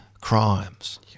crimes